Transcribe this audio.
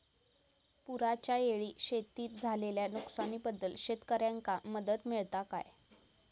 पुराच्यायेळी शेतीत झालेल्या नुकसनाबद्दल शेतकऱ्यांका मदत मिळता काय?